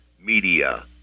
media